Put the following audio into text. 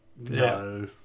No